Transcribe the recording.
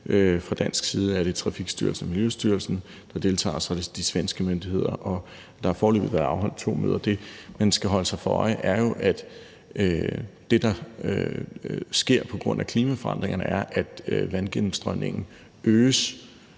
Fra dansk side er det Trafikstyrelsen og Miljøstyrelsen, der deltager, og så er der de svenske myndigheder. Der har foreløbig været afholdt to møder. Det, man skal holde sig for øje, er jo, at det, der sker på grund af klimaforandringerne, er, at vandgennemstrømningen øges